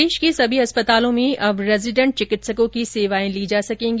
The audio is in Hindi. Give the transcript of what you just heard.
प्रदेश के सभी चिकित्सालयों में अब रेजीडेंट चिकित्सकों की सेवाएं ली जा सकेंगी